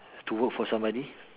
to work for somebody